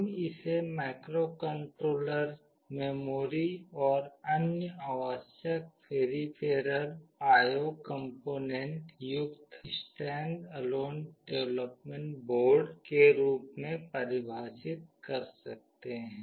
हम इसे microcontroller memory और अन्य आवश्यक पेरीफेरल IO कॉम्पोनेन्ट युक्त स्टैंडअलोन डेवलपमेंट बोर्ड के रूप में परिभाषित कर सकते हैं